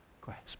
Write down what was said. grasp